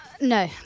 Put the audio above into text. No